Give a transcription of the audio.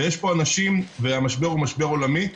יש פה אנשים, והמשבר הוא משבר עולמי.